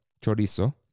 chorizo